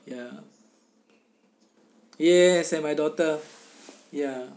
ya yes and my daughter ya